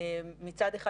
מצד אחד,